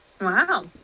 Wow